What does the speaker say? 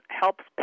helps